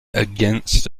against